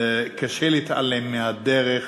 וקשה להתעלם מהדרך.